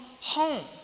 home